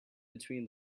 between